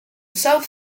south